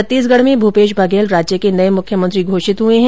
छत्तीसगढ़ में भूपेश बघेल राज्य के नए मुख्यमंत्री घोषित हुए है